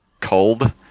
cold